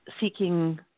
seeking